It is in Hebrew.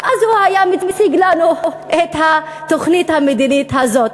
אז הוא היה מציג לנו את התוכנית הכלכלית הזאת.